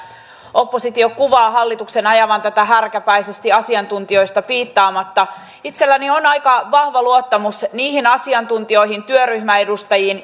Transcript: oppositio kuvaa hallituksen ajavan tätä härkäpäisesti asiantuntijoista piittaamatta itselläni on aika vahva luottamus niihin asiantuntijoihin työryhmän edustajiin